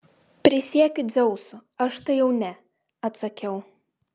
prisiekiu dzeusu aš tai jau ne atsakiau